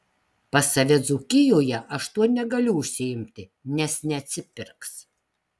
pas save dzūkijoje aš tuo negaliu užsiimti nes neatsipirks